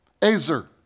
Azer